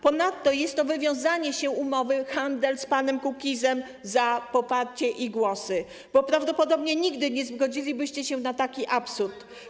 Ponadto jest to wywiązanie się z umowy, handel z panem Kukizem za poparcie i głosy, bo prawdopodobnie nigdy nie zgodzilibyście się na taki absurd.